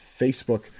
facebook